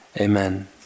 amen